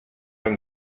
from